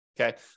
okay